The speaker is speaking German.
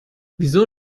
wieso